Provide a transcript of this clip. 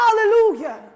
hallelujah